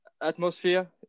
atmosphere